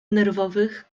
nerwowych